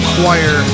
Choir